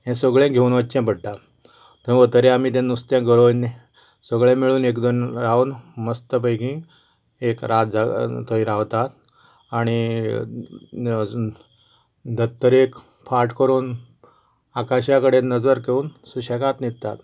हें सगळें घेवन वच्चें पडटा थंय वतगीर आमी ते नुस्तें गरोवन सगळें मेळून एकजण रावन मस्त पैकी एक रात जाग थंय रावतात आनी धर्तरेक फाट करून आकाशा कडेन नजर घेवन सुशेंगाद न्हिदतात